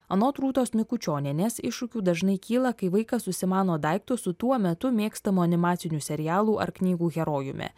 anot rūtos mikučionienės iššūkių dažnai kyla kai vaikas užsimano daikto su tuo metu mėgstamų animacinių serialų ar knygų herojumi